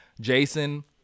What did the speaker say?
Jason